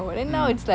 ya